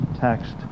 text